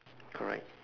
correct